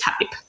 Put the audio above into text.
type